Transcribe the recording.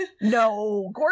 No